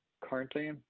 currently